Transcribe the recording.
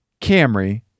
Camry